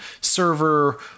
server